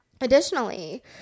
Additionally